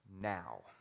now